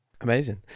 Amazing